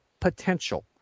potential